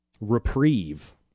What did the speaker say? reprieve